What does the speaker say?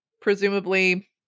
presumably